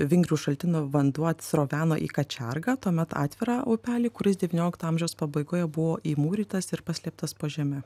vingrių šaltinio vanduo atsroveno į kačiargą tuomet atvirą upelį kuris devyniolikto amžiaus pabaigoje buvo įmūrytas ir paslėptas po žeme